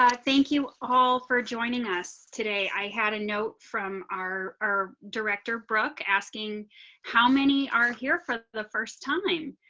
thank you all for joining us today. i had a note from our our director brooke asking how many are here for the first time,